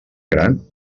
gran